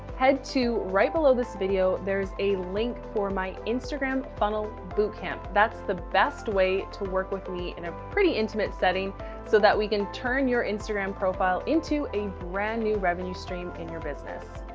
head to right below this video, there's a link for my instagram funnel bootcamp. that's the best way to work with me in a pretty intimate setting so that we can turn your instagram profile into a brand new revenue stream in your business.